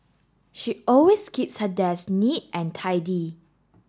she always keeps her desk neat and tidy